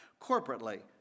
corporately